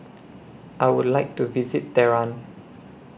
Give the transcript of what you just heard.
I Would like to visit Tehran